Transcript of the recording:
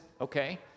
okay